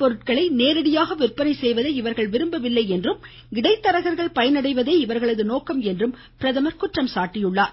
பொருட்களை நேரடியாக விற்பனை செய்வதை இவர்கள் விரும்பவில்லை என்றும் இடைத்தரா்கள் பயனடைவதே இவர்களின் நோக்கம் என்றும் பிரதமர் குற்றம் சாட்டினார்